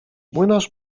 młynarz